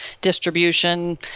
distribution